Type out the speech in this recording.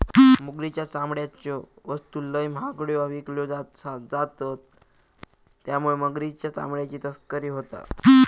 मगरीच्या चामड्याच्यो वस्तू लय महागड्यो विकल्यो जातत त्यामुळे मगरीच्या चामड्याची तस्करी होता